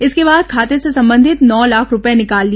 इसके बाद खाते से करीब नौ लाख रूपये निकाल लिए